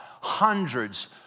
hundreds